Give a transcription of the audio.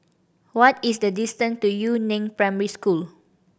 what is the distance to Yu Neng Primary School